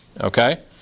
Okay